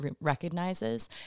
recognizes